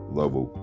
level